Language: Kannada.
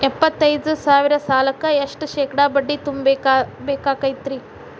ಎಪ್ಪತ್ತೈದು ಸಾವಿರ ಸಾಲಕ್ಕ ಎಷ್ಟ ಶೇಕಡಾ ಬಡ್ಡಿ ತುಂಬ ಬೇಕಾಕ್ತೈತ್ರಿ?